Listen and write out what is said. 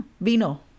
Vino